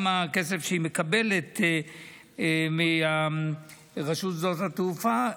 גם הכסף שהיא מקבלת מרשות שדות התעופה,